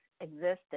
existed